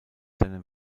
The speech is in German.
seiner